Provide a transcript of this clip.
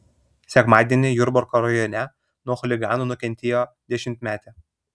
sekmadienį jurbarko rajone nuo chuliganų nukentėjo dešimtmetė